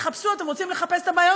אתם רוצים לחפש את הבעיות?